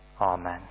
Amen